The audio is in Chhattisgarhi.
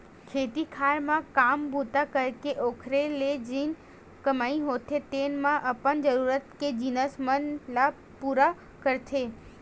खेत खार म काम बूता करके ओखरे ले जेन कमई होथे तेने म अपन जरुरत के जिनिस मन ल पुरा करथे